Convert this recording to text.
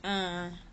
ah